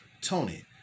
Tony